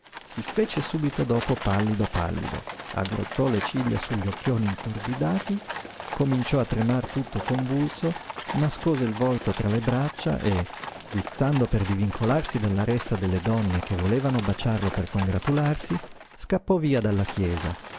si fece subito dopo pallido pallido aggrottò le ciglia sugli occhioni intorbidati cominciò a tremar tutto convulso nascose il volto tra le braccia e guizzando per divincolarsi dalla ressa delle donne che volevano baciarlo per congratularsi scappò via dalla chiesa